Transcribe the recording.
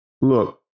look